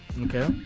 Okay